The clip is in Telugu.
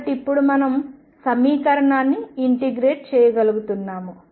కాబట్టి ఇప్పుడు మనం సమీకరణాన్ని ఇంటిగ్రేట్ చేయగలుగుతున్నాము